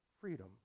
freedom